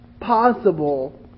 possible